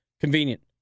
convenient